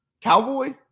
Cowboy